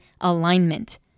alignment